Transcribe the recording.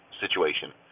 situation